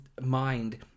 mind